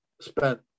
spent